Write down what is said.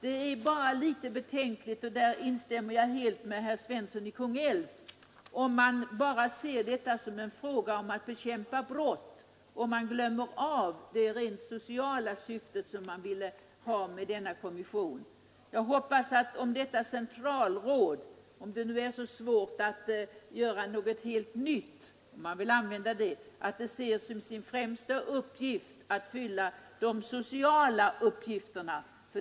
Det är bara litet betänkligt — där instämmer jag helt med herr Svensson i Kungälv — om man ser detta bara som en fråga om att bekämpa brott och glömmer det rent sociala syftet med denna kommission. Jag hoppas att detta centralråd — om det nu är så svårt att sgöra någonting helt nytt och om man vill använda det — ser som sitt främsta mål att fylla de sociala uppgifterna.